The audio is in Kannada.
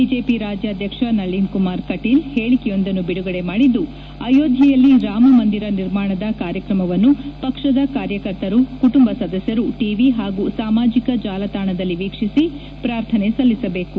ಬಿಜೆಪಿ ರಾಜ್ಯಾಧ್ಯಕ್ಷ ನಳಿನ್ ಕುಮಾರ್ ಕಟೀಲ್ ಹೇಳಿಕೆಯೊಂದನ್ನು ಬಿಡುಗಡೆ ಮಾಡಿದ್ದು ಅಯೋಧ್ಯೆಯಲ್ಲಿ ರಾಮಮಂದಿರ ನಿರ್ಮಾಣದ ಕಾರ್ಯಕ್ರಮವನ್ನು ಪಕ್ಷದ ಕಾರ್ಯಕರ್ತರು ಕುಟುಂಬ ಸದಸ್ಯರು ಟಿವಿ ಹಾಗೂ ಸಾಮಾಜಿಕ ಜಾಲತಾಣದಲ್ಲಿ ವೀಕ್ಷಿಸಿ ಪ್ರಾರ್ಥನೆ ಸಲ್ಲಿಸಬೇಕು